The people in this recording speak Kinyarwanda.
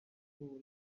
kuba